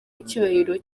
icyubahiro